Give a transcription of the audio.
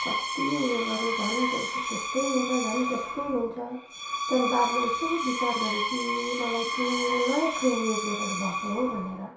कति उयो गरे झन् त्यस्तै हुन्छ झन् त्यस्तै हुन्छ त्यहाँ बादमा यसो विचार गरे कि मलाई त्यो नयाँ क्रिम युज गरेर भएको हो भनेर